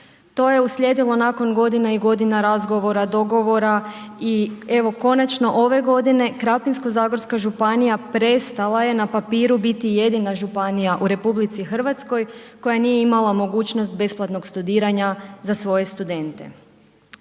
To je uslijedilo nakon godina i godina razgovora, dogovora i evo konačno ove godine Krapinsko-zagorska županija prestala je na papiru biti jedina županija u RH koja nije imala mogućnost besplatnog studiranja za svoje studente.